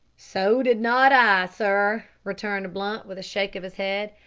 so did not i, sir, returned blunt, with a shake of his head.